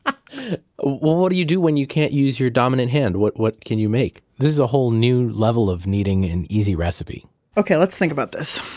ah what do you do when you can't use your dominant hand? what what can you make? this is a new level of needing an easy recipes okay. let's think about this